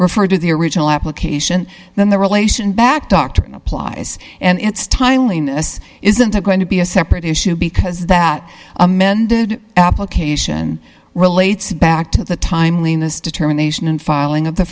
refer to the original application then the relation back doctrine applies and its timeliness isn't going to be a separate issue because that amended application relates back to the timeliness determination and filing of the